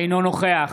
אינו נוכח